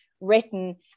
written